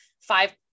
five